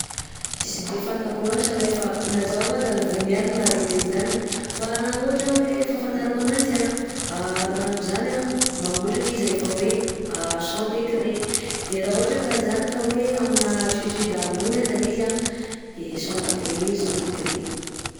Tsy de fantako loatra alay fa na zaho koà aza vao niany naharegny anjany fa raha ohatra hoe fafantarako ananjy a rano zany a mangotraka izy rehefa hoe cent degré de raha ohatra ka zany ka hoe amina altitude ambony aza izy a cent degré mi cent degré.